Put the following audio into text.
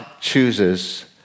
chooses